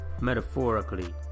Metaphorically